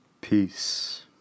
Peace